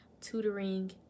tutoring